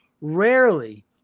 Rarely